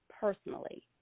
personally